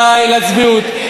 די לצביעות.